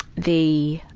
the,